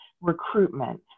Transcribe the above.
recruitment